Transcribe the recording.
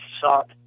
sought